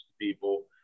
people